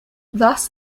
thus